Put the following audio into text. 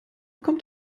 kommt